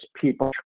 people